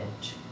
edge